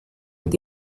with